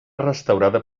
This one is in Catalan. restaurada